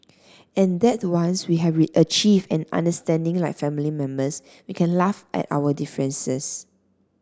and that once we have achieved an understanding like family members we can laugh at our differences